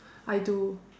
I do